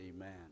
amen